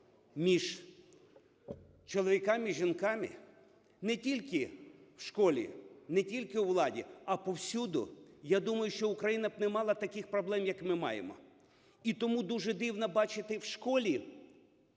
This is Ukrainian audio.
між чоловіками і жінками не тільки в школі, не тільки у владі, а повсюди, я думаю, що Україна не мала б таких проблем, як ми маємо. І тому дуже дивно бачити в школі